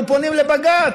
אנחנו פונים לבג"ץ,